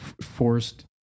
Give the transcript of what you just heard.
forced